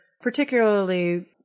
particularly